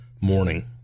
morning